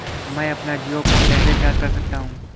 मैं अपना जियो फोन कैसे रिचार्ज कर सकता हूँ?